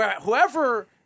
whoever